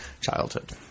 childhood